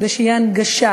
כדי שתהיה הנגשה,